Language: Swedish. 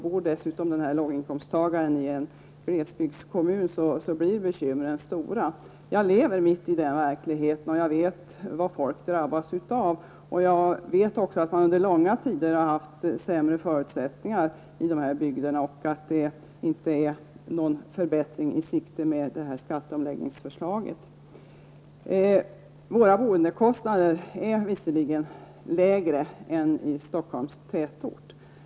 Bor dessutom låginkomsttagaren i en glesbygdskommun, blir bekymren stora. Jag lever mitt i den verkligheten, och jag vet vad folk drabbas av. Jag vet också att man under långa tider har haft sämre förutsättningar i dessa bygder och att det med skatteomläggningsförslaget inte är någon förbättring i sikte. Våra boendekostnader är visserligen lägre än boendekostnaderna i Stockholms tätort.